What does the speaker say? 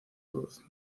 cruz